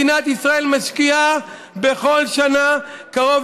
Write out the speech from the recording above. מדינת ישראל משקיעה בכל שנה קרוב